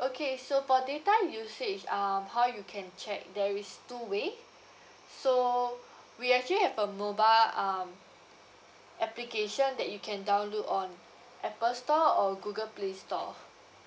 okay so for data usage um how you can check there is two way so we actually have a mobile um application that you can download on apple store or google play store